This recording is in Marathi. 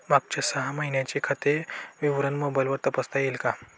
मागच्या सहा महिन्यांचे खाते विवरण मोबाइलवर तपासता येईल का?